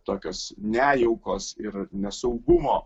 tokios nejaukos ir nesaugumo